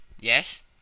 Yes